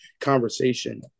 conversation